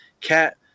cat